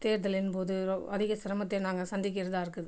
தேர்தலின் போது ரொ அதிக சிரமத்தை நாங்கள் சந்திக்கிறதா இருக்குது